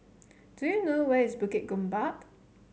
do you know where is Bukit Gombak